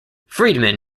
friedman